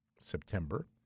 September